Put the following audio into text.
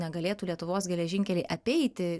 negalėtų lietuvos geležinkeliai apeiti